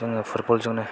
जोङो फुटबल जोंनो